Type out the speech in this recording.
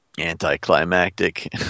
anticlimactic